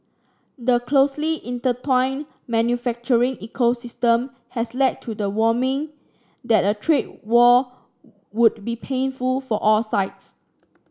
the closely intertwined manufacturing ecosystem has led to the warming that a trade war would be painful for all sides